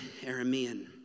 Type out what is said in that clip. Aramean